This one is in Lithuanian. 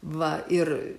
va ir